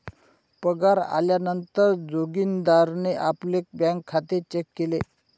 पगार आल्या नंतर जोगीन्दारणे आपले बँक खाते चेक केले